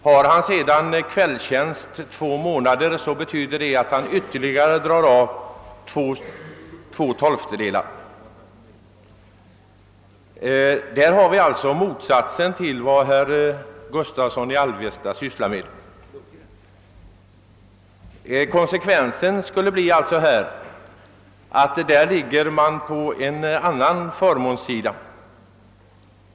Om han sedan under två månader har kvällstjänst, betyder det att han ytterligare drar av två tolftedelar. Det blir alltså motsatsen till vad herr Gustavsson i Alvesta sysslar med.